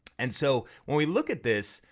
and so, when we look at this,